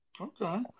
Okay